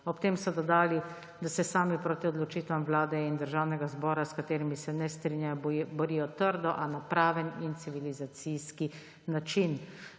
Ob tem so dodali, da se sami proti odločitvam Vlade in Državnega zbora, s katerimi se ne strinjajo, borijo trdo, a na praven in civilizacijski način.